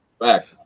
back